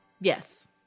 Yes